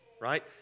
right